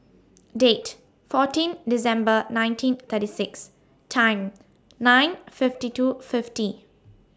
Date fourteen December nineteen thirty six Time nine fifty two fifty